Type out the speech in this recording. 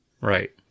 Right